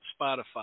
Spotify